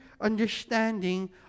understanding